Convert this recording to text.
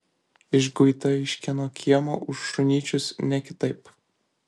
išguita iš kieno kiemo už šunyčius ne kitaip